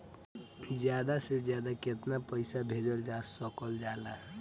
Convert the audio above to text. ज्यादा से ज्यादा केताना पैसा भेजल जा सकल जाला?